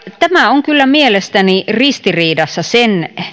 tämä on kyllä mielestäni ristiriidassa sen